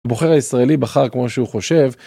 הבוחר הישראלי בחר כמו שהוא חושב.